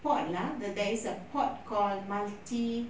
pot lah the there is a pot call multi